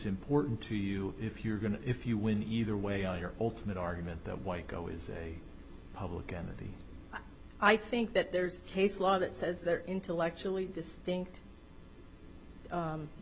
important to you if you're going to if you win either way on your ultimate argument that white go is a public entity i think that there's case law that says they're intellectually distinct